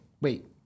wait